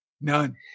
None